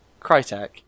Crytek